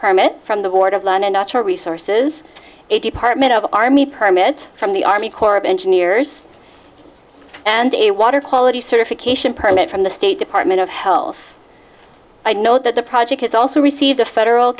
permit from the board of land and natural resources a department of army permit from the army corps of engineers and a water quality certification permit from the state department of health i know that the project has also received a federal